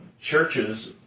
churches